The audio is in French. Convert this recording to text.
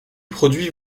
produits